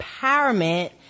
empowerment